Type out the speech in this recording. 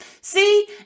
See